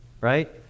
right